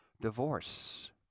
divorce